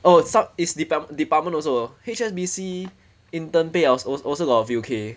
oh some it's depart~ department also H_S_B_C intern pay als~ also also got a few K